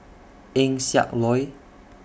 Eng Siak Loy